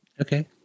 Okay